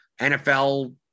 NFL